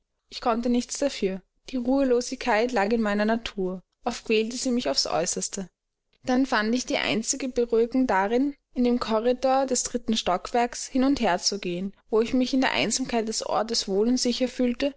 ich konnte nichts dafür die ruhelosigkeit lag in meiner natur oft quälte sie mich aufs äußerste dann fand ich die einzige beruhigung darin in dem korridor des dritten stockwerks hin und her zu gehen wo ich mich in der einsamkeit des ortes wohl und sicher fühlte